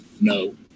No